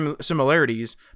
similarities